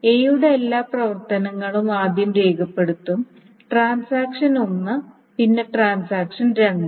a യുടെ എല്ലാ പ്രവർത്തനങ്ങളും ആദ്യം രേഖപ്പെടുത്തും ട്രാൻസാക്ഷൻ ഒന്ന് പിന്നെ ട്രാൻസാക്ഷൻ രണ്ട്